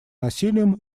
насилием